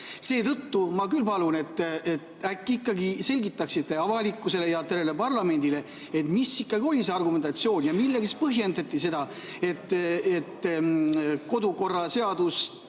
Seetõttu ma küll palun, et äkki ikkagi selgitaksite avalikkusele ja tervele parlamendile, mis oli see argumentatsioon ja millega põhjendati seda, et kodukorraseadust